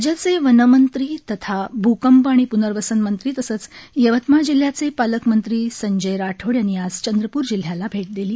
राज्याचे वनमंत्री तथा भूकंप आणि प्नर्वसन मंत्री तसंच यवतमाळ जिल्ह्याचे पालकमंत्री संजय राठोड यांनी आज चंद्रपूर जिल्ह्याला भेट दिली